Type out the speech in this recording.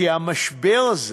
כי המשבר הזה,